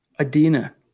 Adina